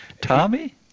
Tommy